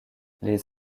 les